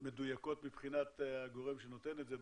מדויקות מבחינת הגורם שנותן את זה.